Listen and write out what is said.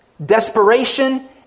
Desperation